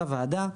לוועדה,